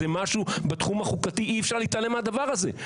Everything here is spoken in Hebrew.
זה משהו בתחום החוקתי, אי אפשר להתעלם מהדבר הזה.